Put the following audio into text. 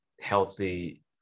healthy